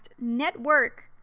network